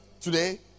today